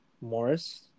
Morris